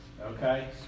okay